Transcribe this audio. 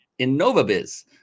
InnovaBiz